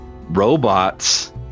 robots